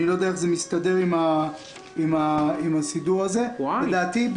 אני לא יודע איך זה מסתדר עם הסידור הזה -- הוא ע'.